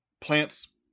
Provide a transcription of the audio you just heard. plants